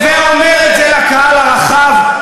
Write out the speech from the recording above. ואומר את זה לקהל הרחב,